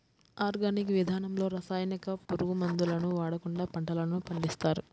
organic విధానంలో రసాయనిక, పురుగు మందులను వాడకుండా పంటలను పండిస్తారు